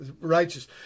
Righteous